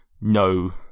no